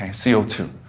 c o two.